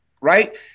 right